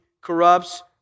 corrupts